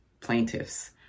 plaintiffs